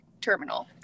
Terminal